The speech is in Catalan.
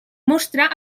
monstre